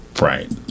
Right